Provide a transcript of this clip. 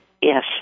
Yes